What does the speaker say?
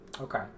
Okay